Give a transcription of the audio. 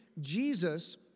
Jesus